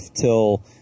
till